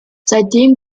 seitdem